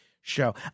show